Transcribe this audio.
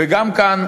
וגם כאן,